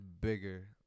bigger